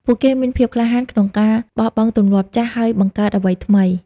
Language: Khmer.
ពួកគេមានភាពក្លាហានក្នុងការបោះបង់ទម្លាប់ចាស់ ហើយបង្កើតអ្វីថ្មី។